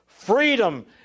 freedom